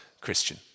Christian